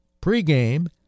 Pre-game